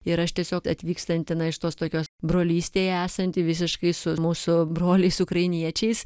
ir aš tiesiog atvykstanti na iš tos tokios brolystėje esanti visiškai su mūsų broliais ukrainiečiais